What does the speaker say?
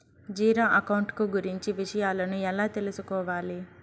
Zero account కు గురించి విషయాలను ఎలా తెలుసుకోవాలి?